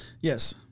Yes